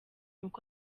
uko